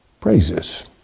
praises